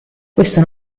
questo